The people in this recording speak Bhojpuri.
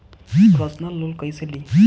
परसनल लोन कैसे ली?